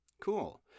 Cool